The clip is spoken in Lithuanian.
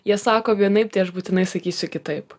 jie sako vienaip tai aš būtinai sakysiu kitaip